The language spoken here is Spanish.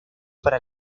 para